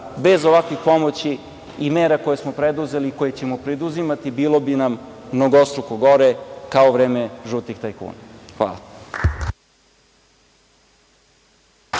bez ovakvih pomoći i mera koje smo preduzeli i koje ćemo preduzimati bilo bi nam mnogostruko gore, kao u vreme žutih tajkuna. Hvala.